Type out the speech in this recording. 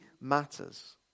matters